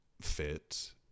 fit